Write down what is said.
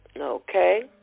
Okay